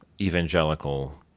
evangelical